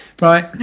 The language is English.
Right